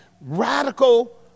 radical